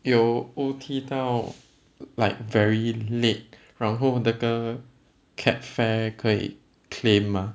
有 O_T 到 like very late 然后那个 cab fare 可以 claim 吗